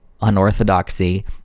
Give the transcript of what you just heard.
unorthodoxy